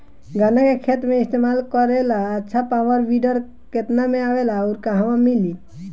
गन्ना के खेत में इस्तेमाल करेला अच्छा पावल वीडर केतना में आवेला अउर कहवा मिली?